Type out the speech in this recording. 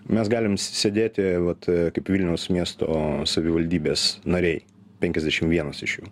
mes galim sėdėti vat kaip vilniaus miesto savivaldybės nariai penkiasdešim vienas iš jų